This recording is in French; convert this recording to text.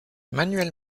manuel